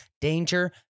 danger